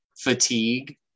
fatigue